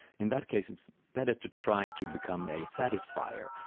in that case it's better to try to become a satisfier,